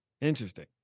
interesting